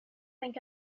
think